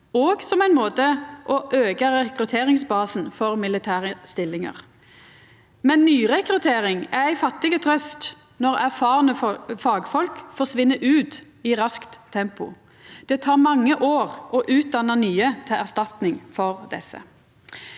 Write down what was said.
òg som ein måte å auka rekrutteringsbasen for militære stillingar på. Men nyrekruttering er ei fattig trøyst når erfarne fagfolk forsvinn ut i raskt tempo. Det tek mange år å utdanna nye til erstatning for desse.